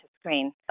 screen